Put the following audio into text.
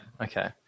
okay